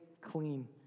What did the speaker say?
clean